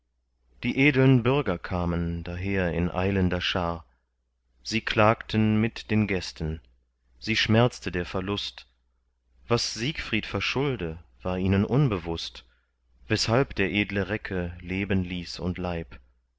die edeln bürger kamen daher in eilender schar sie klagten mit den gästen sie schmerzte der verlust was siegfried verschulde war ihnen unbewußt weshalb der edle recke leben ließ und leib